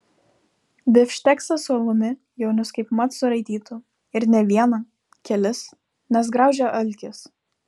bifšteksą su alumi jaunius kaip mat suraitytų ir ne vieną kelis nes graužia alkis